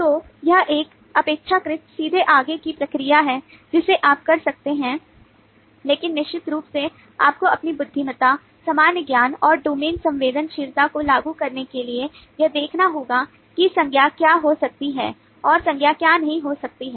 तो यह एक अपेक्षाकृत सीधे आगे की प्रक्रिया है जिसे आप कर सकते हैं लेकिन निश्चित रूप से आपको अपनी बुद्धिमत्ता सामान्य ज्ञान और डोमेन संवेदनशीलता को लागू करने के लिए यह देखना होगा कि संज्ञा क्या हो सकती है और संज्ञा क्या नहीं हो सकती है